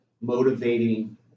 motivating